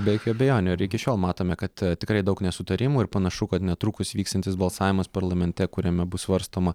be jokių abejonių ir iki šiol matome kad tikrai daug nesutarimų ir panašu kad netrukus vyksiantis balsavimas parlamente kuriame bus svarstoma